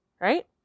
right